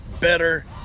better